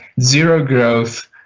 zero-growth